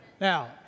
now